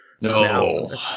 No